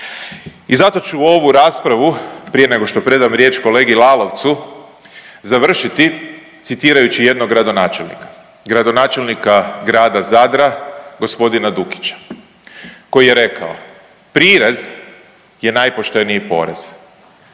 I zato ću ovu raspravu prije nego što predam riječ kolegi Lalovcu završiti citirajući jednog gradonačelnika, gradonačelnika Grada Zadra, gospodina Dukića koji je rekao, prirez je najpošteniji porez,